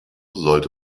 sollte